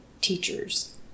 teachers